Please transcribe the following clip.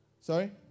Sorry